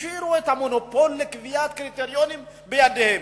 השאירו את המונופול לקביעת קריטריונים בידיהם.